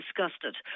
disgusted